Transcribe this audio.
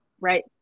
right